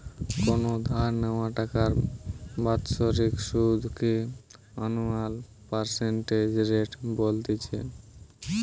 কোনো ধার নেওয়া টাকার বাৎসরিক সুধ কে অ্যানুয়াল পার্সেন্টেজ রেট বলতিছে